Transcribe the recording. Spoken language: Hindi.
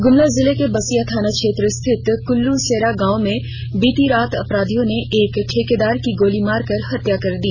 गुमला जिले के बसिया थाना क्षेत्र स्थित कुल्लू सेरा गांव में बीती रात अपराधियों ने एक ठेकेदार की गोली मारकर हत्या कर दी